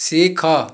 ଶିଖ